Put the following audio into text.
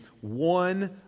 one